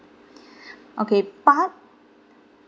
okay but